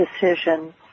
decision